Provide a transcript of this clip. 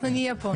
אנחנו נהיה פה.